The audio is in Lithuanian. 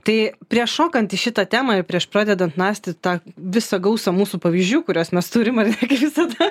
tai prieš šokant į šitą temą ir prieš pradedant narstyti tą visą gausą mūsų pavyzdžių kuriuos mes turime ar ne visada